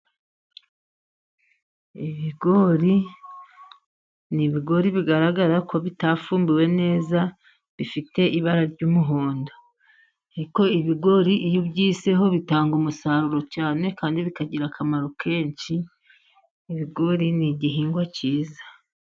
Ibigori, ni ibigori bigaragara ko bitafumbiwe neza bifite ibara ry'umuhondo. Ibigori iyo ubyiseho bitanga umusaruro cyane, kandi bikagira akamaro kenshi. Ibigori ni igihingwa cyiza.